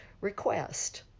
request